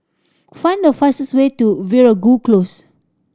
find the fastest way to Veeragoo Close